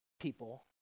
people